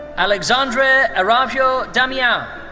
alexandre aravjo damiao.